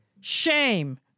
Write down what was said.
shame